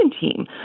team